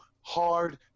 hard